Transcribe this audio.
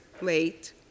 late